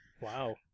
Wow